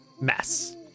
mess